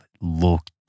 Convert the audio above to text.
looked